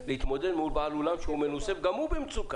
להתמודד מול בעל אולם שהוא מנוסה וגם הוא במצוקה?